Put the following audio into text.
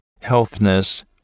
healthness